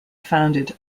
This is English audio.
founded